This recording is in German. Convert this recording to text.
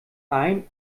ein